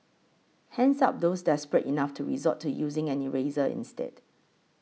hands up those desperate enough to resort to using an eraser instead